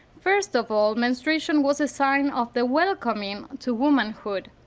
first of all, menstruation was a sign of the welcoming to womanhood.